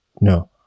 No